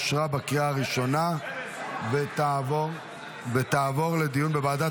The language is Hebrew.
אושרה בקריאה הראשונה ותעבור לדיון בוועדת